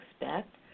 expect